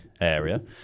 area